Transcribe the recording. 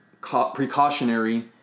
precautionary